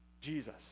Jesus